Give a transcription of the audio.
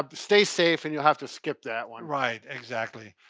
um stay safe and you'll have to skip that one. right, exactly.